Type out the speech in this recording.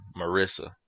Marissa